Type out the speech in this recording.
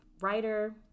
writer